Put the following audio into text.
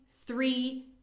three